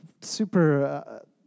super